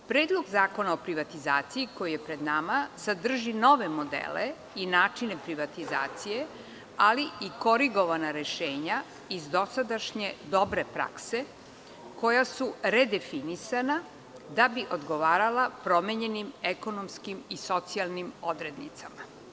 Predlog zakona o privatizaciji koji je pred nama sadrži nove modele i načine privatizacije, ali i korigovana rešenja iz dosadašnje dobre prakse, koja su redefinisana, da bi odgovarala promenjenim ekonomskim i socijalnim odrednicama.